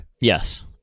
Yes